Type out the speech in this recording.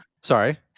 Sorry